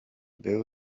był